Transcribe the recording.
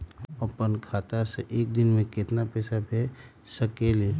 हम अपना खाता से एक दिन में केतना पैसा भेज सकेली?